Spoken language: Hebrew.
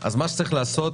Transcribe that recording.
שצריך לעשות